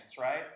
right